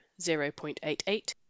0.88